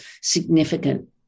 significant